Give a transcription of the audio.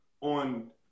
on